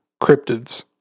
cryptids